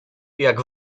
jak